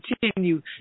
continue